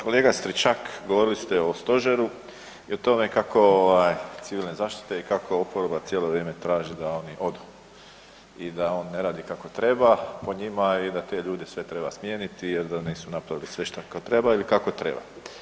Kolega Stričak govorili ste o stožeru i o tome kako ovaj, civilne zaštite i kako oporba cijelo vrijeme traži da oni odu i da on ne radi kako treba po njima i da te ljude sve treba smijeniti jer da nisu napravili sve šta treba ili kako treba.